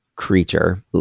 creature